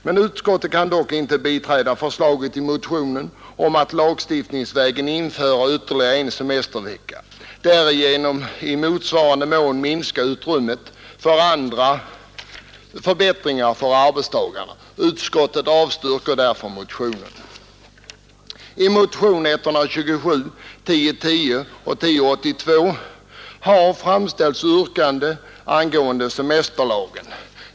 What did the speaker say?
Men utskottet kan dock inte biträda förslaget i motionen om att lagstiftningsvägen införa ytterligare en semestervecka och därigenom i motsvarande mån minska utrymmet för andra förbättringar för arbetstagarna. Utskottet avstyrker därför motionen.